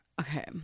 okay